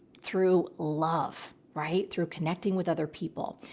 through love, right? through connecting with other people.